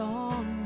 on